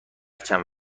چند